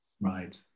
Right